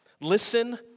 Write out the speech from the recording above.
Listen